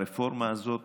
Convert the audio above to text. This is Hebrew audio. הרפורמה הזאת